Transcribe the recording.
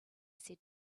said